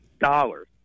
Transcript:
dollars